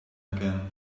again